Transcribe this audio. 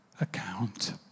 account